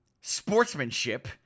sportsmanship